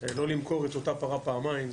לא למכור את אותה פרה פעמיים.